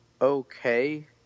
okay